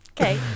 Okay